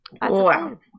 Wow